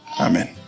Amen